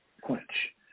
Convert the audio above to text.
quench